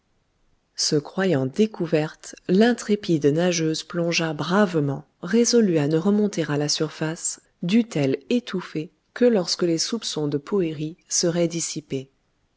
se croyant découverte l'intrépide nageuse plongea bravement résolue à ne remonter à la surface dût-elle étouffer que lorsque les soupçons de poëri seraient dissipés